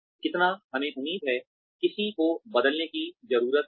कितना हमें उम्मीद है किसी को बदलने की जरूरत है